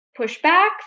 pushback